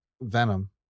Venom